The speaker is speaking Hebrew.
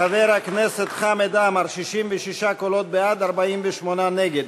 חבר הכנסת חמד עמאר, 66 קולות בעד, 48 נגד,